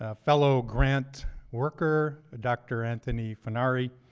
ah fellow grant worker, dr. anthony funari,